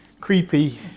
creepy